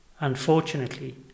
Unfortunately